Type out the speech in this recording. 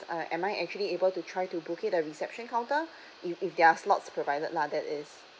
uh am I actually able to try to book it at reception counter if if their slots provided lah that is